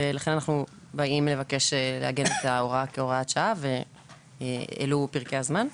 ולכן אנחנו באים לבקש לעגן את ההוראה כהוראת שעה ואילו פרקי הזמן.